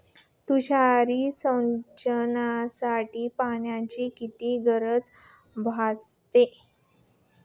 तुषार सिंचनासाठी पाण्याची किती गरज भासते?